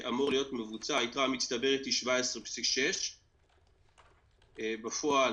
אמור להיות מבוצע היתרה המצטברת היא 17.6. בפועל